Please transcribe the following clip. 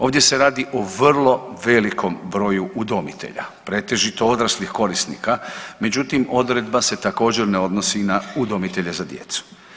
Ovdje se radi o vrlo velikom broju udomitelja pretežito odraslih korisnika, međutim odredba se također ne odnosi na udomitelje za djecu.